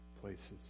places